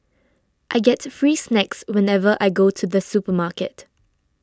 I get free snacks whenever I go to the supermarket